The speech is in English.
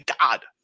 God